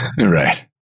Right